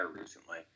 recently